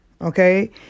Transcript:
Okay